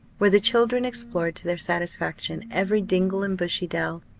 where the children explored to their satisfaction every dingle and bushy dell,